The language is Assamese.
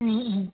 ও ও